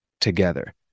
Together